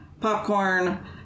popcorn